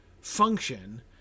function